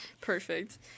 Perfect